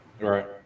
right